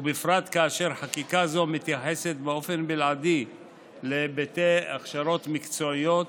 ובפרט כאשר חקיקה זו מתייחסת באופן בלעדי להיבטי הכשרות מקצועיות